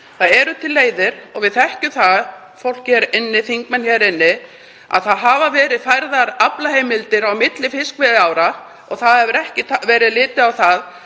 Það eru til leiðir og við þekkjum það, fólk hér inni, þingmenn hér inni, að aflaheimildir hafa verið færðar á milli fiskveiðiára og það hefur ekki verið litið á það